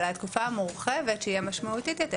אבל התקופה המורחבת שהיא המשמעותית יותר,